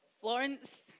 Florence